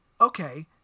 okay